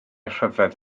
rhyfedd